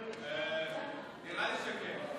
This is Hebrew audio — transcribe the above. נראה לי שכן.